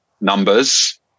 numbers